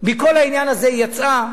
מכל העניין הזה היא יצאה,